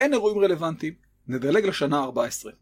אין אירועים רלוונטיים, נדלג לשנה ה-14.